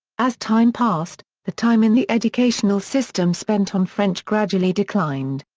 as time passed, the time in the educational system spent on french gradually declined.